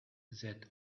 that